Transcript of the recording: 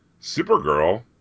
Supergirl